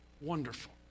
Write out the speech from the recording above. Wonderful